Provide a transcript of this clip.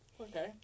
Okay